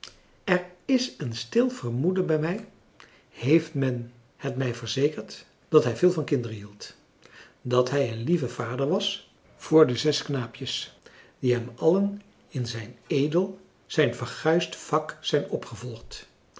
er is een stil vermoeden bij mij heeft men het mij verzekerd dat hij veel van kinderen hield dat hij een lieve vader was voor de zes knaapjes die hem allen in zijn edel zijn verguisd vak zijn opgevolgd